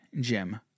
Jim